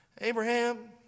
Abraham